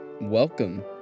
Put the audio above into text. Welcome